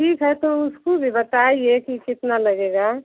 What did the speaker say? ठीक है तो उसको भी बताइए की कितना लगेगा